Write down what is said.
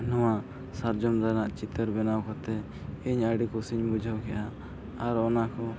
ᱱᱚᱣᱟ ᱥᱟᱨᱡᱚᱢ ᱫᱟᱨᱮ ᱨᱮᱱᱟᱜ ᱪᱤᱛᱟᱹᱨ ᱵᱮᱱᱟᱣ ᱠᱟᱛᱮᱫ ᱤᱧ ᱟᱹᱰᱤ ᱠᱩᱥᱤᱧ ᱵᱩᱡᱷᱟᱹᱣ ᱠᱮᱫᱼᱟ ᱟᱨ ᱚᱱᱟᱠᱚ